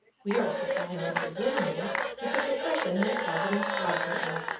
we are supplying mrs. livermore with the profession that providence robbed her of.